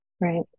Right